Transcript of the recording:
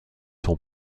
son